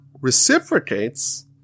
reciprocates